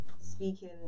speaking